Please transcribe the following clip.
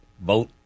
Vote